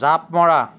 জাঁপ মৰা